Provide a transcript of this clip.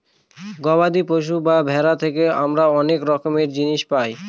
গবাদি পশু বা ভেড়া থেকে আমরা অনেক রকমের জিনিস পায়